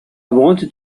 wanted